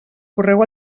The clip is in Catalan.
correu